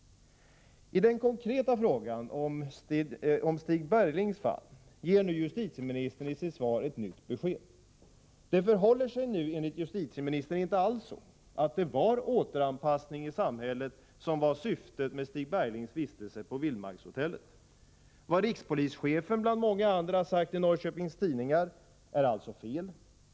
I den konkreta frågan, som gäller Stig Berglings fall, ger justitieministern i sitt svar ett nytt besked. Det var enligt justitieministern inte alls så att det var återanpassning i samhället som var syftet med Stig Berglings vistelse på Vildmarkshotellet. Vad rikspolischefen, bland många andra, har sagt i Norrköpings Tidningar är alltså fel.